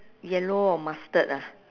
yellow or mustard ah